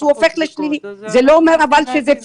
אז הוא הופך לשלילי, זה לא אומר אבל שזה פיקטיבי.